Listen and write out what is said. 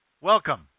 Welcome